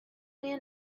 man